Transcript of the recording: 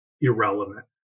irrelevant